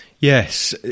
Yes